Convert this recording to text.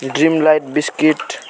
Dreamlite biscuit